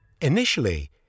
Initially